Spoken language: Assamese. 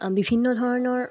বিভিন্ন ধৰণৰ